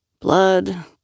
blood